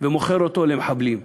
ומוכר אותו למחבלים.